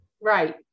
Right